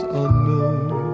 unknown